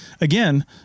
again